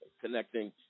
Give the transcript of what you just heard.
connecting